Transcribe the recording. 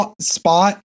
spot